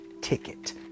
ticket